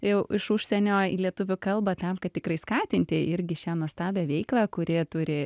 jau iš užsienio į lietuvių kalbą tam kad tikrai skatinti irgi šią nuostabią veiklą kuri turi